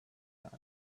done